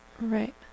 Right